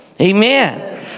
Amen